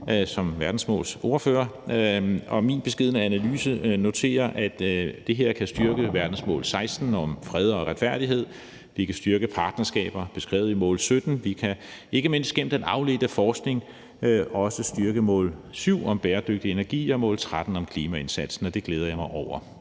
FN's verdensmål. Og i min beskedne analyse har jeg noteret, at det her kan styrke verdensmål 16 om fred og retfærdighed, det kan styrke partnerskaber beskrevet i verdensmål 17, og vi kan ikke mindst gennem den afledte forskning også styrke verdensmål 7 om bæredygtig energi og verdensmål 13 om klimaindsatsen, og det glæder jeg mig over.